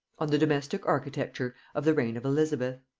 on the domestic architecture of the reign of elizabeth.